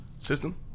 System